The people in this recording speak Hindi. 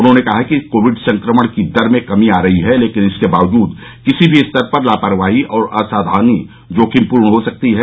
उन्होंने कहा कि कोविड संक्रमण की दर में कमी आ रही है लेकिन इसके बावजूद किसी भी स्तर पर लापरवाही और असावधानी जोखिमपूर्ण हो सकती है